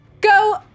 go